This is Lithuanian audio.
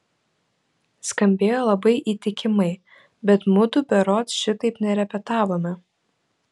skambėjo labai įtikimai bet mudu berods šitaip nerepetavome